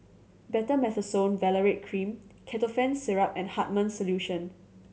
Betamethasone Valerate Cream Ketotifen Syrup and Hartman's Solution